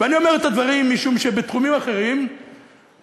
ואני אומר את הדברים משום שבתחומים אחרים אנחנו,